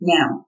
Now